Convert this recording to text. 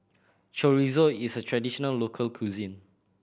chorizo is a traditional local cuisine